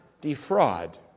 defraud